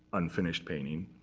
unfinished painting.